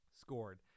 Scored